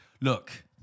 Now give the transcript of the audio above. look